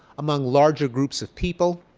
among larger groups of people,